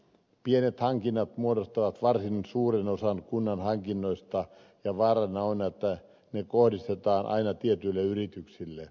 pienet hankinnat muodostavat varsin suuren osan kunnan hankinnoista ja vaarana on että ne kohdistetaan aina tietyille yrityksille